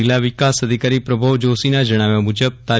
જીલ્લા વિકાસ અધિકારી પ્રભાવ જોશીના જણાવ્યા મુજબ તા